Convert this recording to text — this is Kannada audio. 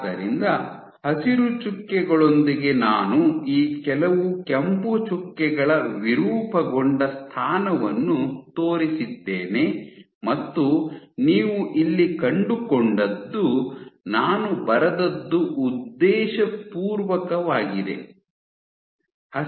ಆದ್ದರಿಂದ ಹಸಿರು ಚುಕ್ಕೆಗಳೊಂದಿಗೆ ನಾನು ಈ ಕೆಲವು ಕೆಂಪು ಚುಕ್ಕೆಗಳ ವಿರೂಪಗೊಂಡ ಸ್ಥಾನವನ್ನು ತೋರಿಸಿದ್ದೇನೆ ಮತ್ತು ನೀವು ಇಲ್ಲಿ ಕಂಡುಕೊಂಡದ್ದು ನಾನು ಬರೆದದ್ದು ಉದ್ದೇಶಪೂರ್ವಕವಾಗಿದೆ